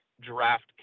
draft